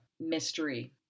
mystery